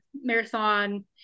marathon